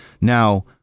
Now